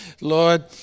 Lord